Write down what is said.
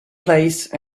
place